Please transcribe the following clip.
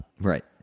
Right